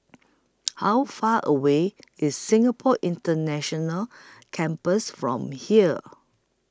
How Far away IS Singapore International Campus from here